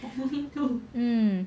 um